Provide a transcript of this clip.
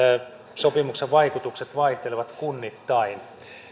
sopimuksen vaikutukset vaihtelevat kunnittain